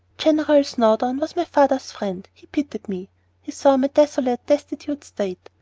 general snowdon was my father's friend he pitied me he saw my desolate, destitute state,